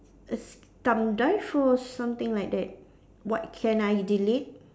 a thumb drive or something like that what can I delete